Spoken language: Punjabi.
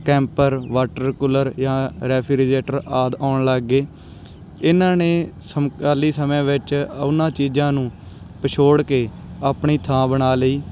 ਕੈਂਪਰ ਵਾਟਰ ਕੂਲਰ ਜਾਂ ਰੈਫਰੀਜਨਰੇਟਰ ਆਦਿ ਆਉਣ ਲੱਗ ਗਏ ਇਹਨਾਂ ਨੇ ਸਮਕਾਲੀ ਸਮੇਂ ਵਿੱਚ ਉਹਨਾਂ ਚੀਜ਼ਾਂ ਨੂੰ ਪਿਛੋੜ ਕੇ ਆਪਣੀ ਥਾਂ ਬਣਾ ਲਈ